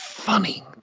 Funny